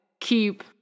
keep